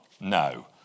No